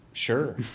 Sure